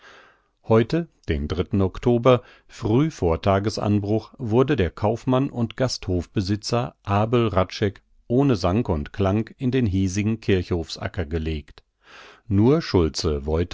heute den oktober früh vor tagesanbruch wurde der kaufmann und gasthofsbesitzer abel hradscheck ohne sang und klang in den hiesigen kirchhofsacker gelegt nur schulze